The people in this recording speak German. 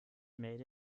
melde